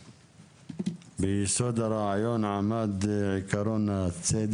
ביסוד הרעיון עמד עקרון הצד